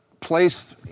place